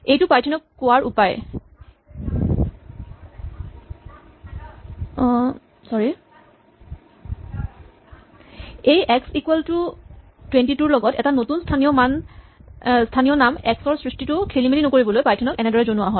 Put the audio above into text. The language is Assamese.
এই এক্স ইকুৱেল টু ২২ ৰ লগত এটা নতুন স্থানীয় নাম এক্স ৰ সৃষ্টি টো খেলিমেলি নকৰিবলৈ পাইথন ক এনেকৈয়ে জনোৱা হয়